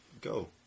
go